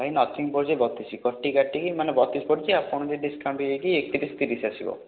ଭାଇ ନଥିଙ୍ଗ ପଇସା ବତିଶି କଟିକାଟିକି ମାନେ ବତିଶି ଅଛି ଆପଣ ଯଦି ଡିସକାଉଣ୍ଟ ଦେଇକି ଏକତିରିଶ ତିରିଶ ଆସିବ